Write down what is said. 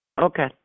Okay